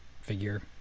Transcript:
figure